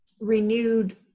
renewed